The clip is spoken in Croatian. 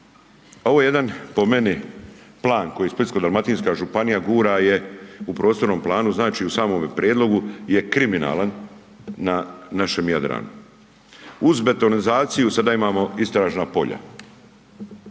ovo je jedan po meni plan koji Splitsko-dalmatinska županija gura je u prostornom planu znači u samome prijedlogu je kriminalan na našem Jadranu. Uz betonizaciju, sada imamo istražna polja